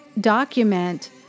document